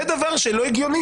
זה דבר שהוא לא הגיוני,